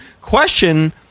question